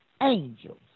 angels